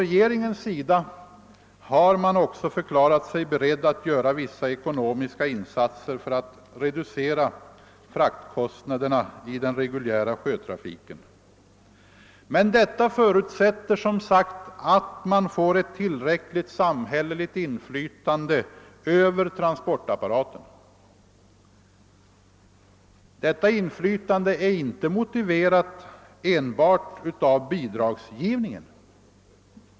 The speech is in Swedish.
Regeringen har också förklarat sig beredd att göra vissa ekonomiska insatser för att reducera fraktkostnaderna i den reguljära sjötrafiken. Men detta förutsätter som sagt ett tillräckligt samhälleligt inflytande över transportapparaten. Detta inflytande är inte motiverat enbart av bidragsgivningen.